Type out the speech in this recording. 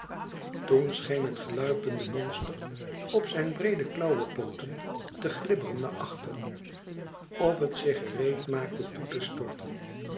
toen scheen het gluipende monster op zijn breede klauwepooten te glibberen naar achteren of het zich gereed maakte toe te storten